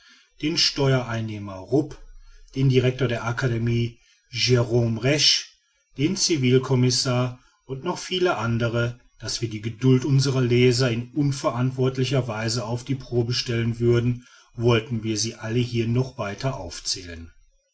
den steuereinnehmer rupp den director der akademie jrme resh den civilcommissar und noch so viele andere daß wir die geduld unserer leser in unverantwortlicher weise auf die probe stellen würden wollten wir sie alle hier noch weiter aufzählen